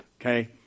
Okay